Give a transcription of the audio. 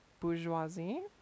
bourgeoisie